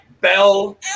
bell